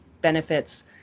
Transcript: benefits